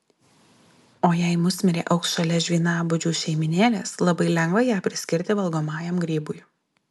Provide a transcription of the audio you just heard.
o jei musmirė augs šalia žvynabudžių šeimynėlės labai lengva ją priskirti valgomam grybui